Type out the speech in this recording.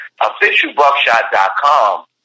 OfficialBuckshot.com